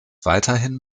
weiterhin